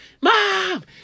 Mom